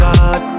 God